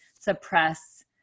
suppress